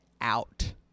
out